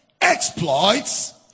exploits